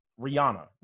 Rihanna